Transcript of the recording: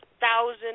thousand